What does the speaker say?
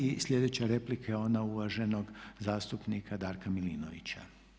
I slijedeća replika je uvaženog zastupnika Darka Milinovića.